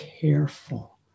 careful